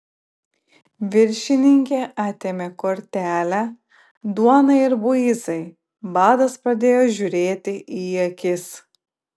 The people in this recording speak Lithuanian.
viršininkė atėmė kortelę duonai ir buizai badas pradėjo žiūrėti į akis